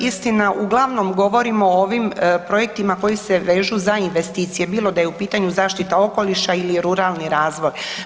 Istina, uglavnom govorimo o ovim projektima koji se vežu za investicije, bilo da je u pitanju zaštita okoliša ili ruralni razvoj.